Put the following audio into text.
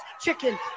chicken